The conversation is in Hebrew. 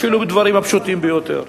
אפילו בדברים הפשוטים ביותר.